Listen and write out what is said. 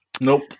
Nope